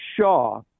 Shaw